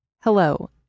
Hello